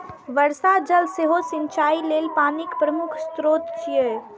वर्षा जल सेहो सिंचाइ लेल पानिक प्रमुख स्रोत छियै